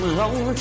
long